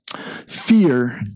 fear